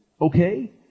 okay